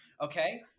Okay